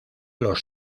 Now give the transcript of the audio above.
los